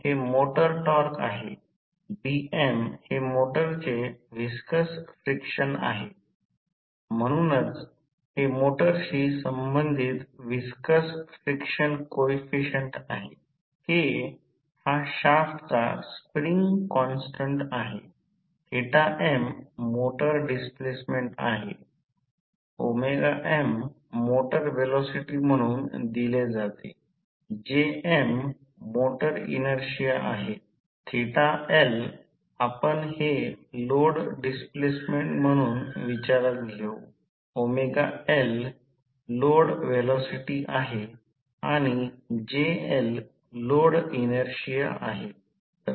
Tm हे motor torque आहे Bm हे मोटरचे व्हिस्कस फ्रिक्शन आहे म्हणूनच हे मोटरशी संबंधित व्हिस्कस फ्रिक्शन कोइफिसिएंट आहे K हा शाफ्टचा स्प्रिंग कॉन्स्टन्ट आहे m मोटर डिस्प्लेसमेंट आहे m मोटर व्हेलॉसिटी म्हणून दिले जाते Jm मोटर इनर्शिया आहे L आपण हे लोड डिस्प्लेसमेंट म्हणून विचारात घेऊ L लोड व्हेलॉसिटी आहे आणि JL लोड इनर्शिया आहे